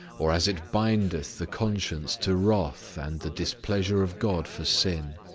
or as it bindeth the conscience to wrath and the displeasure of god for sin